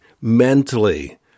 mentally